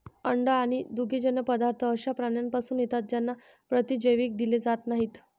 अंडी आणि दुग्धजन्य पदार्थ अशा प्राण्यांपासून येतात ज्यांना प्रतिजैविक दिले जात नाहीत